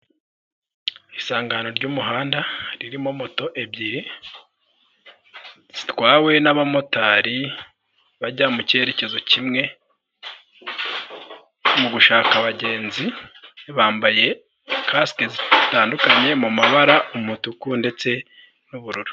Isangano ry'umuhanda, ririmo moto ebyiri zitwawe n'abamotari bajya mu cyerekezo kimwe, mu gushaka abagenzi, bambaye kasike zitandukanye mu mabara y'umutuku ndetse n'ubururu.